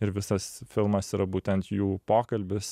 ir visas filmas yra būtent jų pokalbis